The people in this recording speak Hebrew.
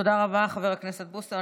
תודה רבה, חבר הכנסת בוסו.